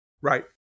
Right